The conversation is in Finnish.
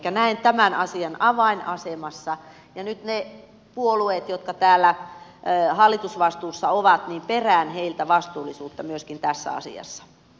elikkä näen tämän asian avainasemassa ja nyt niiltä puolueilta jotka täällä hallitusvastuussa ovat perään vastuullisuutta myöskin tässä asiassa